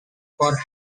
for